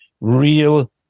real